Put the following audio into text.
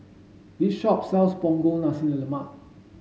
this shop sells Punggol Nasi Lemak